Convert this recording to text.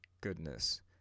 goodness